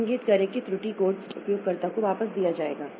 तो इंगित करें कि त्रुटि कोड उपयोगकर्ता को वापस दिया जाएगा